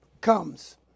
comes